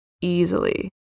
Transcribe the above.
Easily